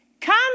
Come